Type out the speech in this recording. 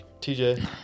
TJ